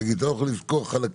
תגיד, אתה לא יכול לזכור רק חלקים?